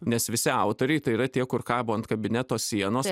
nes visi autoriai tai yra tie kur kabo ant kabineto sienos